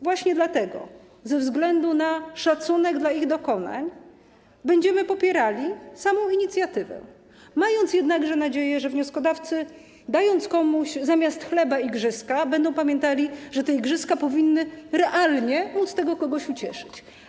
Właśnie dlatego, ze względu na szacunek dla jej dokonań, będziemy popierali samą inicjatywę, mając jednakże nadzieję, że wnioskodawcy, dając komuś zamiast chleba igrzyska, będą pamiętali, że te igrzyska powinny realnie tego kogoś ucieszyć.